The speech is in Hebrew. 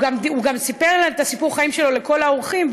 הוא גם סיפר את סיפור החיים שלו לכל האורחים,